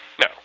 No